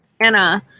Anna